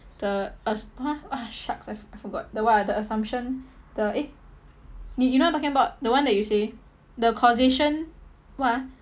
the as~ !huh! ah shucks I I forgot the what ah the assumption the eh 你 you know what I'm talking about the one that you say the causation what ah